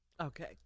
Okay